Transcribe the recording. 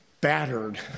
battered